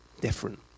different